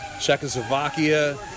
Czechoslovakia